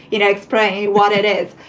you know, explain what it is.